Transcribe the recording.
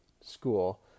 school